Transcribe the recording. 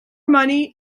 money